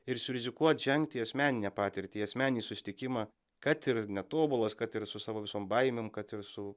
ir surizikuot žengt į asmeninę patirtį į asmeninį susitikimą kad ir netobulas kad ir su savo visom baimėm kad ir su